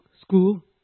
school